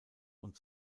und